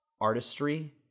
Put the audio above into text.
Artistry